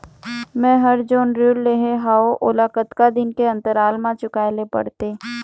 मैं हर जोन ऋण लेहे हाओ ओला कतका दिन के अंतराल मा चुकाए ले पड़ते?